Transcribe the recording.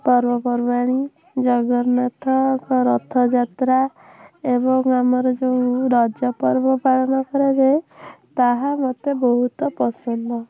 ପର୍ବପର୍ବାଣୀ ଜଗନ୍ନାଥଙ୍କ ରଥଯାତ୍ରା ଏବଂ ଆମର ଯେଉଁ ରଜ ପର୍ବ ପାଳନ କରାଯାଏ ତାହା ମୋତେ ବହୁତ ପସନ୍ଦ